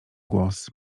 głos